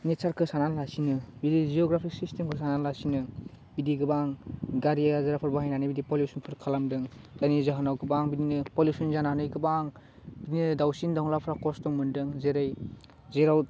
नेच्चारखौ साना लासिनो बिदि जिअ'ग्राफि सिस्टेमखौ साना लासिनो बिदि गोबां गारि आजारफोर बाहायनानै बिदि पलिउशनफोर खालामदों जायनि जाहोनाव गोबां बिदिनो पलिउशन जानानै गोबां बिदिनो दाउसिन दाउलाफ्रा खस्त' मोन्दों जेरै जेराव